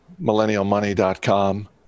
millennialmoney.com